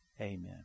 Amen